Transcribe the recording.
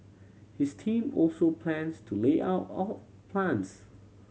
his team also plans the layout of plants